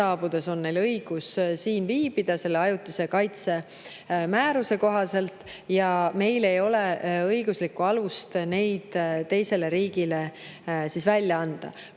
saabudes on neil õigus siin viibida ajutise kaitse määruse kohaselt ja meil ei ole õiguslikku alust neid teisele riigile välja anda.